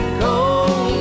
cold